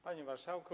Panie Marszałku!